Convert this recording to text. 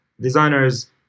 designers